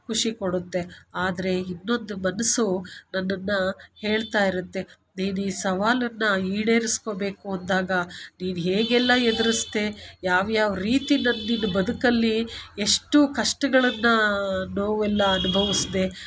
ಖುಷಿ ಕೊಡುತ್ತೆ ಆದರೆ ಇನ್ನೊಂದು ಮನಸ್ಸು ನನ್ನನ್ನು ಹೇಳ್ತ ಇರುತ್ತೆ ನೀನು ಈ ಸವಾಲನ್ನು ಈಡೇರಿಸ್ಕೋಬೇಕು ಅಂದಾಗ ನೀನು ಹೇಗೆಲ್ಲ ಎದುರಿಸಿದೆ ಯಾವ್ಯಾವ ರೀತಿಯಲ್ಲಿ ನಿನು ಬದುಕಲ್ಲಿ ಎಷ್ಟು ಕಷ್ಟಗಳನ್ನ ನೋವೆಲ್ಲ ಅನ್ಭವಿಸ್ದೇ ಅಂತ